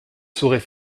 saurait